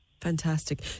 Fantastic